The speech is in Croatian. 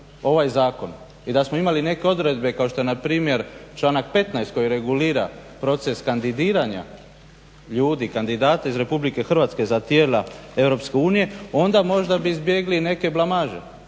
ovaj Zakon i da smo imali neke odredbe kao što je npr. članak 15. koji regulira proces kandidiranja ljudi, kandidate iz Republike Hrvatske za tijela Europske unije onda možda bi izbjegli i neke blamaže.